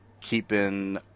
keeping